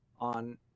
on